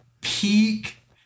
peak